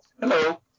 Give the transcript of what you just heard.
Hello